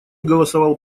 голосовал